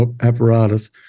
apparatus